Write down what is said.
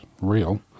real